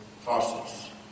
fossils